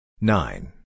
Nine